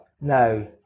no